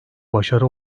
başarı